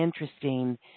interesting